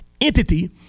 entity